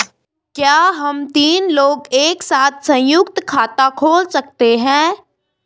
क्या हम तीन लोग एक साथ सयुंक्त खाता खोल सकते हैं?